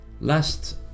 Last